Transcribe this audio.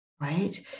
Right